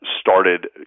started